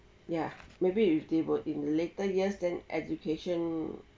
ya maybe if they were in later years then education